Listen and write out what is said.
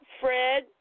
Fred